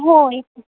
हो एक आहे